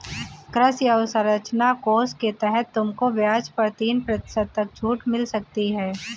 कृषि अवसरंचना कोष के तहत तुमको ब्याज पर तीन प्रतिशत तक छूट मिल सकती है